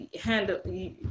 handle